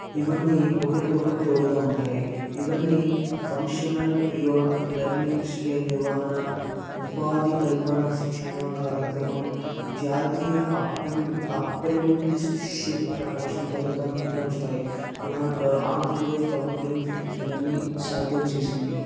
ఇవన్నీ ఒకరికొకరు తోడుగా ఉంటాయి ఇవన్నీ ఫంక్షనల్ ప్రియోర్ లెర్నింగ్ స్వీయ నిర్వహణ ఉపాధి కల్పన శిక్షణ కార్యక్రమం జాతీయ అప్రెం అప్రెంటిన్షిప్ ప్రమోషన్ పథకం కింద వస్తాయి మన ఆంధ్రప్రదేశ్ ప్రభుత్వం ఇవన్నీ సాధ్యం చేసింది